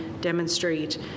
demonstrate